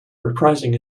reprising